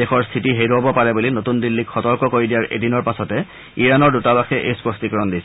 দেশৰ স্থিতি হেৰুৱাব পাৰে বুলি নতুন দিল্লীত সতৰ্ক কৰি দিয়াৰ এদিনৰ পাছতে ইৰাণৰ দূতাবাসে এই স্পষ্টীকৰণ দিছে